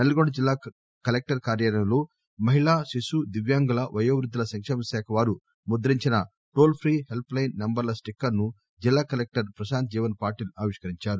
నల్లగొండ జిల్లా కలెక్టర్ కార్యాలయంలో మహిళా శిశుదివ్యాంగులవయోవృద్ధుల సంకేమ శాఖ వారు ముద్రించిన టోల్ ఫ్రీ హెల్ప్ లైస్ నంబర్ల స్టికర్ ను జిల్లా కలెక్టర్ ప్రశాంత్ జీవన్ పాటిల్ ఆవిష్కరించారు